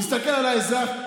תסתכל על האזרח,